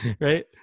Right